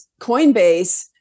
coinbase